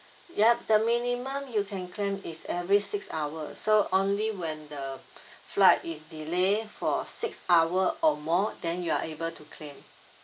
yup the minimum you can claim is every six hour so only when the flight is delayed for six hour or more then you are able to claim